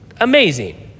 amazing